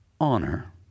honor